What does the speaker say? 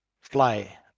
fly